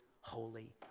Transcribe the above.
holy